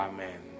Amen